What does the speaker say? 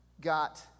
got